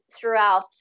throughout